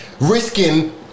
risking